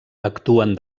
actuen